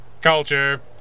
Culture